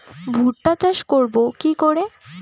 ভুট্টা চাষ করব কি করে?